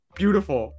beautiful